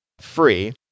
free